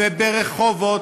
וברחובות,